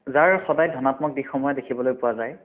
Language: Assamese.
যাৰ সদায় ধনাত্মক দিশসমূহেই দেখিবলৈ পোৱা যায়